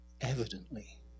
evidently